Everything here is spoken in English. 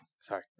Sorry